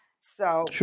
So-